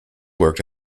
worked